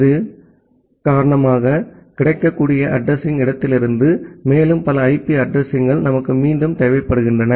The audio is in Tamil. இதன் காரணமாக கிடைக்கக்கூடிய அட்ரஸிங் இடத்திலிருந்து மேலும் பல ஐபி அட்ரஸிங் கள் நமக்கு மீண்டும் தேவைப்படுகின்றன